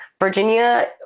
Virginia